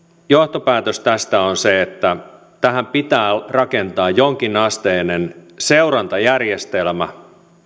johtopäätökseni tästä on se että tähän pitää rakentaa jonkinasteinen seurantajärjestelmä